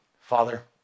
Father